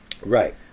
Right